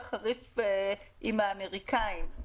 חבר הכנסת פינדרוס, בבקשה.